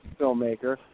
filmmaker